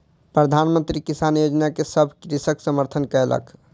प्रधान मंत्री किसान योजना के सभ कृषक समर्थन कयलक